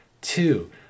Two